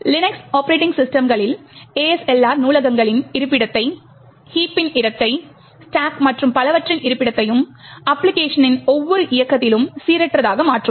Linux operating சிஸ்டம்களில் ASLR நூலகங்களின் இருப்பிடத்தை ஹீப் இன் இடத்தை ஸ்டாக் மற்றும் பலவற்றின் இருப்பிடத்தையும் அப்பிளிகேஷனின் ஒவ்வொரு இயக்கத்திலும் சீரற்றதாக மாற்றும்